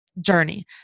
journey